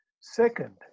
Second